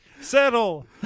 settle